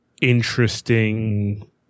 interesting